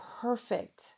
perfect